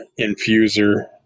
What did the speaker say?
infuser